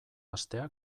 hastea